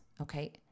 okay